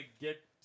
get